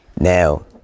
Now